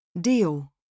Deal